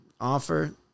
offer